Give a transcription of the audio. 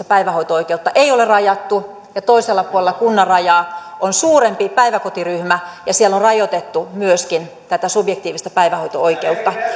päivähoito oikeutta ei ole rajattu ja toisella puolella kunnan rajaa on suurempi päiväkotiryhmä ja siellä on rajoitettu myöskin tätä subjektiivista päivähoito oikeutta